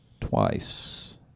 twice